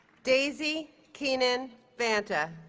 daisy kenan banta